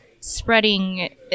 spreading